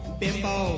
bimbo